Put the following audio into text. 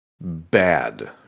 bad